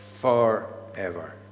forever